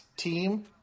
team